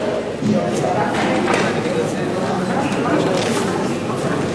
חוק המשטרה (דין משמעתי, בירור קבילות